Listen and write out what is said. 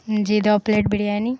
جی دو پلیٹ بریانی